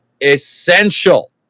essential